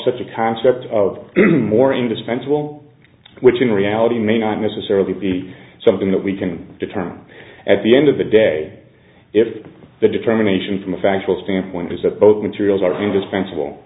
such a concept of more indispensable which in reality may not necessarily be something that we can determine at the end of the day if the determination from a factual standpoint is that both materials are indispensable